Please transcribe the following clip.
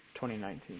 2019